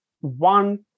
one